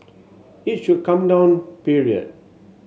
it should come down period